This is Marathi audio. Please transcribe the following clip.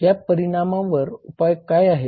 या परिणामांवर उपाय काय आहेत